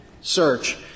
search